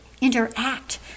interact